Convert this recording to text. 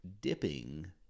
dipping